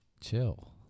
Chill